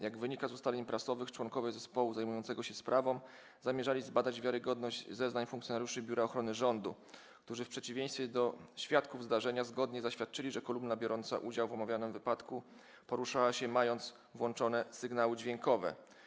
Jak wynika z ustaleń prasowych, członkowie zespołu zajmującego się sprawą zamierzali zbadać wiarygodność zeznań funkcjonariuszy Biura Ochrony Rządu, którzy w przeciwieństwie do świadków zdarzenia zgodnie zaświadczyli, że kolumna biorąca udział w omawianym wypadku poruszała się, mając włączone sygnały dźwiękowe.